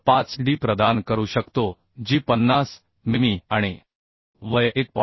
5 d प्रदान करू शकतो जी 50 मिमी आणि age1